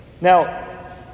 Now